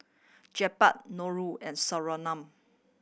Jebat Nurul and Surinam